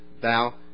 thou